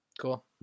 Cool